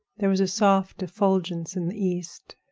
there was a soft effulgence in the east.